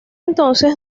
entonces